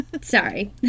Sorry